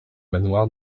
manoir